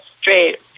straight